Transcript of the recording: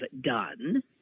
done